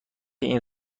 این